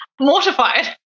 mortified